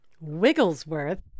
Wigglesworth